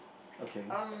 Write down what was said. okay